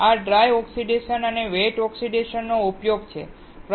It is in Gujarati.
આ ડ્રાય ઓક્સિડેશન અને વેટ ઓક્સિડેશનનો ઉપયોગ છે